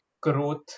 growth